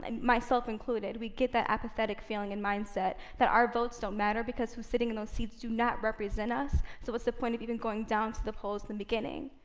and myself included, we get that apathetic feeling and mindset that our votes don't matter, because who's sitting in those seats do not represent us, so what's the point of even going down to the polls in the beginning?